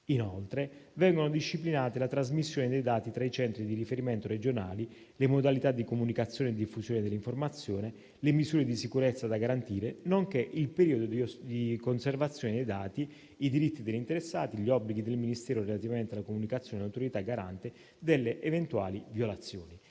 Inoltre, vengono disciplinate la trasmissione dei dati tra i centri di riferimento regionali, le modalità di comunicazione e di diffusione dell'informazione, le misure di sicurezza da garantire, nonché il periodo di conservazione dei dati, i diritti degli interessati e gli obblighi del Ministero relativamente alla comunicazione all'Autorità garante delle eventuali violazioni.